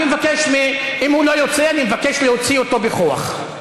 אם הוא לא יוצא, אני מבקש להוציא אותו בכוח.